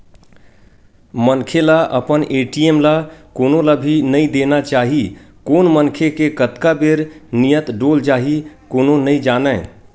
मनखे ल अपन ए.टी.एम ल कोनो ल भी नइ देना चाही कोन मनखे के कतका बेर नियत डोल जाही कोनो नइ जानय